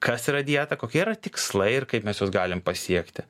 kas yra dieta kokie yra tikslai ir kaip mes juos galim pasiekti